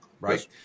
right